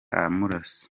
amurasa